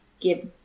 give